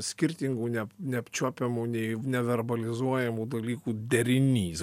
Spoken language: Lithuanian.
skirtingų ne neapčiuopiamų nei neverbalizuojamų dalykų derinys